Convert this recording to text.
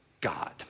God